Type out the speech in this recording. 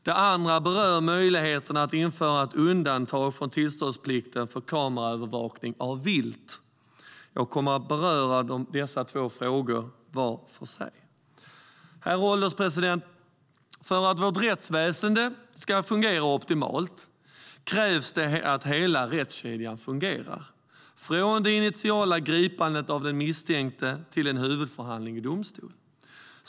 Det andra gäller möjligheten att införa undantag från tillståndsplikten för kameraövervakning av vilt. Jag kommer att beröra dessa två frågor var för sig. Herr ålderspresident! För att vårt rättsväsen ska fungera optimalt krävs det att hela rättskedjan fungerar, från det initiala gripandet av den misstänkte till huvudförhandling i domstol.